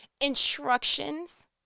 Instructions